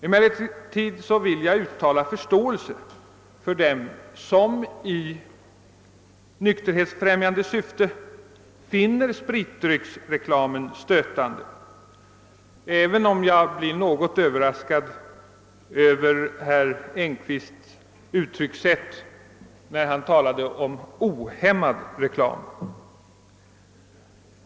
Emellertid vill jag uttala förståelse för dem som i nykterhetsfrämjande syfte finner spritdrycksreklamen stötande, även om jag blev något överraskad över herr Engkvists uttryckssätt, när han = talade om »ohämmad reklam».